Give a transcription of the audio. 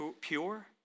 pure